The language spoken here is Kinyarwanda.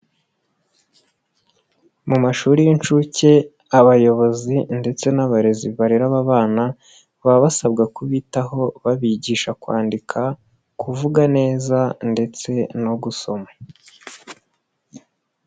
Mu mashuri y'inshuke abayobozi ndetse n'abarezi barera aba bana, baba basabwa kubitaho babigisha kwandika kuvuga neza ndetse no gusoma.